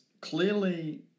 clearly